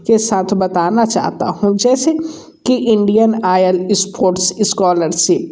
के साथ बताना चाहता हूँ जैसे कि इंडियन आयल इस्पोर्ट्स स्कॉलरसिप